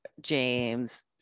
james